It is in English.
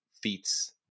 feats